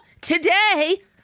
today